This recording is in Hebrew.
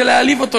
זה להעליב אותו,